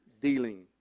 dealing